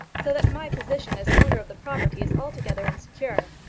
so that my position as owner of the property is altogether insecure.